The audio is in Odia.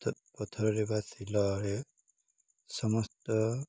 ପଥରରେ ବା ଶିଲରେ ସମସ୍ତ